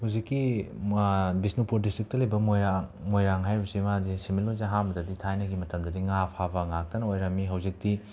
ꯍꯧꯖꯤꯛꯀꯤ ꯃꯥ ꯕꯤꯁꯅꯨꯄꯨꯔ ꯗꯤꯁꯇ꯭ꯔꯤꯛꯇ ꯂꯩꯕ ꯃꯣꯏꯔꯥꯡ ꯃꯣꯏꯔꯥꯡ ꯍꯥꯏꯔꯤꯕꯁꯦ ꯃꯥꯁꯦ ꯁꯦꯟꯃꯤꯠꯂꯣꯟꯁꯦ ꯑꯍꯥꯟꯕꯗꯗꯤ ꯊꯥꯏꯅꯒꯤ ꯃꯇꯝꯗꯗꯤ ꯉꯥ ꯐꯥꯕ ꯉꯥꯛꯇꯅ ꯑꯣꯏꯔꯝꯃꯤ ꯍꯧꯖꯤꯛꯇꯤ